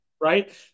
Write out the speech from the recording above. right